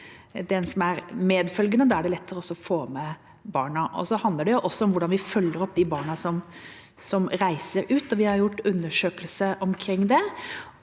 den som er medfølgende. Da er det lettere også å få med barna. Det handler også om hvordan vi følger opp de barna som reiser ut. Vi har gjort undersøkelser omkring